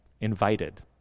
invited